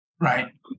Right